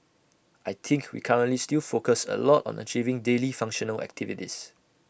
I think we currently still focus A lot on achieving daily functional activities